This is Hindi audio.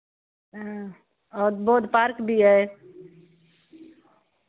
और बहुत पार्क भी हैं